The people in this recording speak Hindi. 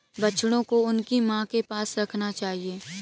बछड़ों को उनकी मां के पास रखना चाहिए